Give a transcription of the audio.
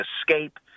escape